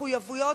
מחויבויות,